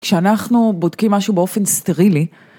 כשאנחנו בודקים משהו באופן סטרילי.